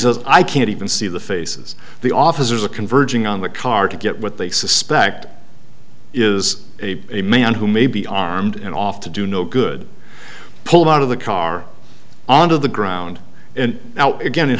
says i can't even see the faces the officers are converging on the car to get what they suspect is a a man who may be armed and off to do no good pull out of the car on to the ground and now again in